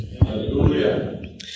Hallelujah